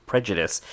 Prejudice